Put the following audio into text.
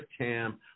Cam